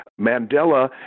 Mandela